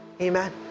Amen